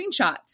screenshots